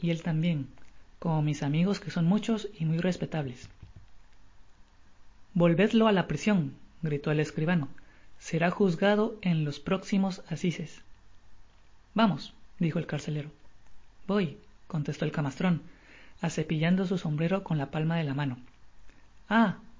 tambien como mis amigos que son muchos y muy respetables volvedlo á la prision gritó el escribano será juzgado en los próesimos assises vamos dijo el carcelero voy contestó el camastron acepillando su sombrero con la palma de la mano ah prosiguió dirijiéndose á